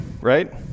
right